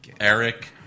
Eric